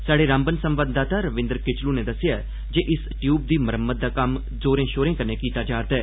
स्हाड़े रामबन संवाददाता रविन्द्र किचलू नै दस्सेआ जे इस टयूब दी मरम्मत दा कम्म जोरें शोरें कन्ने कीता जा'रदा ऐ